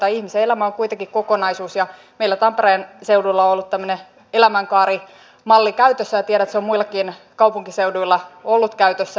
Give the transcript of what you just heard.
ihmisen elämä on kuitenkin kokonaisuus ja meillä tampereen seudulla on ollut tämmöinen elämänkaarimalli käytössä ja tiedän että se on muillakin kaupunkiseuduilla ollut käytössä